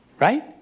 Right